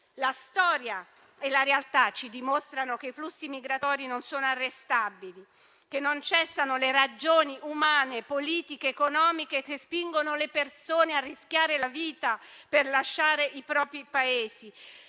La storia e la realtà ci dimostrano che i flussi migratori non sono arrestabili e che non cessano le ragioni umane, politiche ed economiche che spingono le persone a rischiare la vita per lasciare i propri Paesi.